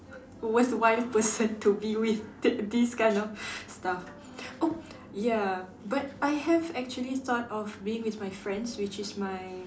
was one person to be with that this kind of stuff oh ya but I have actually thought of being with my friends which is my